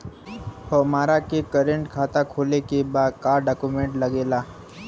हमारा के करेंट खाता खोले के बा का डॉक्यूमेंट लागेला?